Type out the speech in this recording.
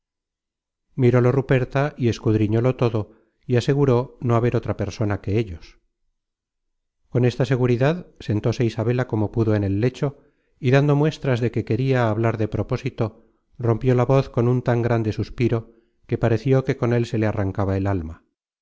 mirólo ruperta y escudriñólo todo y aseguró no haber otra persona que ellos con esta seguridad sentóse isabela como pudo en el lecho y dando muestras de que queria hablar de propósito rompió la voz con un tan grande suspiro que pareció que con él se le arrancaba el alma